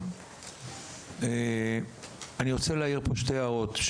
אני רוצה להעיר פה שתי הערות,